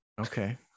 okay